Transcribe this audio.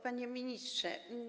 Panie Ministrze!